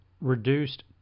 reduced